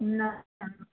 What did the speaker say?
नहि नहि